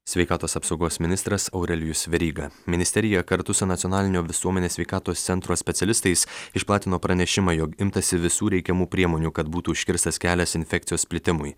sveikatos apsaugos ministras aurelijus veryga ministerija kartu su nacionalinio visuomenės sveikatos centro specialistais išplatino pranešimą jog imtasi visų reikiamų priemonių kad būtų užkirstas kelias infekcijos plitimui